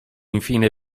infine